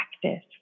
practice